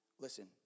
Listen